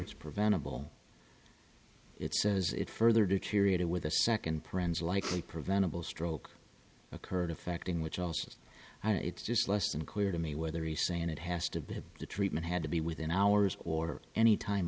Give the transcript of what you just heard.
it's preventable it says it further deteriorated with a second prendes likely preventable stroke occurred affecting which also it's just less than clear to me whether he's saying it has to be the treatment had to be within hours or any time